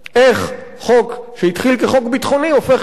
איך חוק שהתחיל כחוק ביטחוני הופך להיות